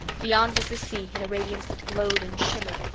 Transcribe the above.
beyond was the sea in a radiance that glowed and shimmered,